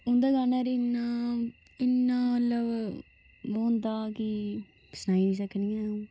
उन्दा गाना इन्ना इन्ना होंदा कि सनाई नी सकनी ऐं अऊं